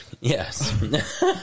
Yes